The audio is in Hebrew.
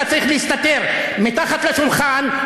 אתה צריך להסתתר מתחת לשולחן,